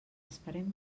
esperem